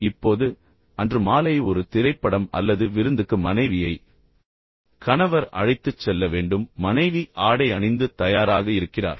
இப்போது அன்று மாலை ஒரு திரைப்படம் அல்லது விருந்துக்கு மனைவியை கணவர் அழைத்துச் செல்ல வேண்டும் மனைவி ஆடை அணிந்து தயாராக இருக்கிறார்